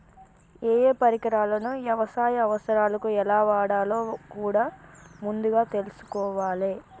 ఏయే పరికరాలను యవసాయ అవసరాలకు ఎలా వాడాలో కూడా ముందుగా తెల్సుకోవాలే